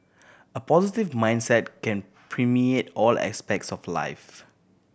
a positive mindset can permeate all aspects of life